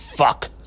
fuck